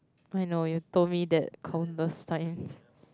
I know you told me that countless times